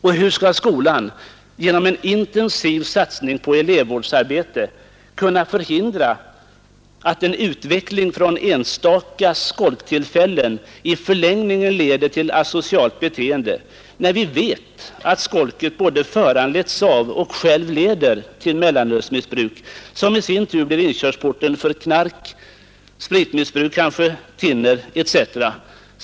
Och hur skall skolan genom en intensiv satsning på elevvårdsarbete kunna förhindra att en utveckling från enstaka skolktillfällen i förlängningen leder till asocialt beteende, när vi vet att skolket både föranletts av och självt leder till mellanölsmissbruk, som i sin tur blir inkörsporten för knark, spritmissbruk, thinner etc.?